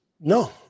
No